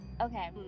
Okay